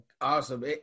awesome